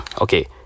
Okay